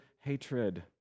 hatred